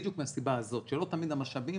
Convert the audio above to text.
בדיוק מהסיבה הזאת, שלא תמיד המשאבים